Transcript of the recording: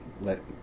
Let